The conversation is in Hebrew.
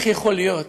איך יכול להיות